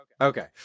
Okay